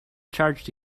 charged